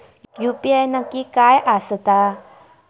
UPI नक्की काय आसता?